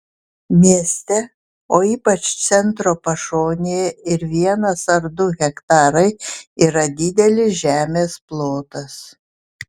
mieste o ypač centro pašonėje ir vienas ar du hektarai yra didelis žemės plotas